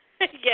Yes